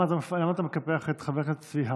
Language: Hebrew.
למה אתה מקפח את חבר הכנסת צבי האוזר?